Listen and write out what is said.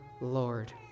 Lord